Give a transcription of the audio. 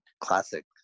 classic